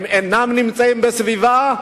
הם אינם נמצאים בסביבה,